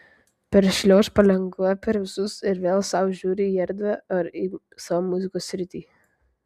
peršliauš palengva per visus ir vėl sau žiūri į erdvę ar į savo muzikos sritį